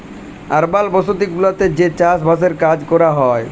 আরবাল বসতি গুলাতে যে চাস বাসের কাজ ক্যরা হ্যয়